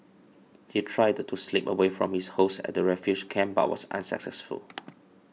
he tried to slip away from his hosts at the refugee camp but was unsuccessful